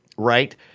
Right